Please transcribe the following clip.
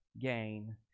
gain